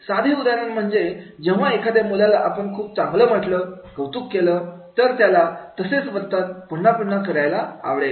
साधे उदाहरण म्हणजे जेव्हा एखाद्या मुलाला आपण खूप चांगलं म्हटलं कौतुक केलं तर त्याला तसेच वर्तवणूक पुन्हा पुन्हा करायला आवडेल